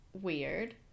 weird